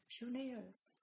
pioneers